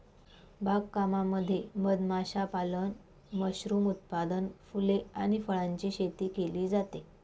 बाग कामामध्ये मध माशापालन, मशरूम उत्पादन, फुले आणि फळांची शेती केली जाते